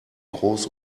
groß